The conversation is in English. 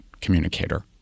communicator